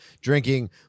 drinking